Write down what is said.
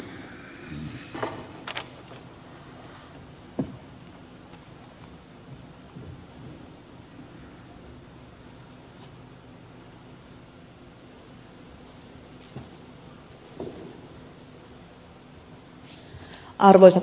arvoisa puhemies